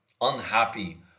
unhappy